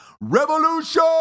REVOLUTION